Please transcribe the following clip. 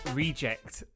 reject